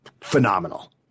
phenomenal